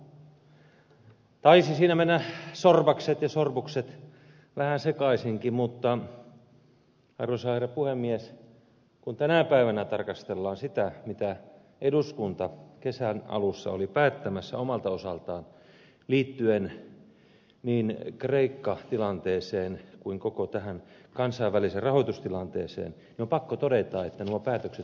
taisi siinä mennä zorbakset ja sorbukset vähän sekaisinkin mutta arvoisa herra puhemies kun tänä päivänä tarkastellaan sitä mitä eduskunta kesän alussa oli päättämässä omalta osaltaan liittyen niin kreikka tilanteeseen kuin koko tähän kansainväliseen rahoitustilanteeseen niin on pakko todeta että nuo päätökset olivat oikeita